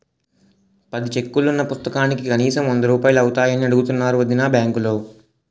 పది చెక్కులున్న పుస్తకానికి కనీసం వందరూపాయలు అవుతాయని అడుగుతున్నారు వొదినా బాంకులో